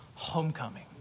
homecoming